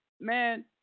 Man